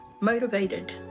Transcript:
motivated